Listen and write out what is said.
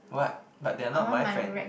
what but they are not my friend